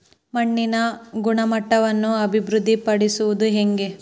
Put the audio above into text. ಮಣ್ಣಿನ ಗುಣಮಟ್ಟವನ್ನು ಅಭಿವೃದ್ಧಿ ಪಡಿಸದು ಹೆಂಗೆ?